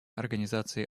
организации